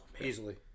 Easily